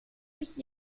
mich